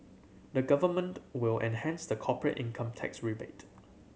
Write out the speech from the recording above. the Government will enhance the corporate income tax rebate